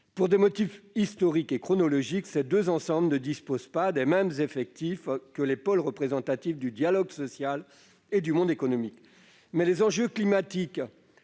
Pour des motifs historiques et chronologiques, ces deux ensembles ne disposent pas des mêmes effectifs que les pôles représentatifs du dialogue social et du monde économique. Or les enjeux climatiques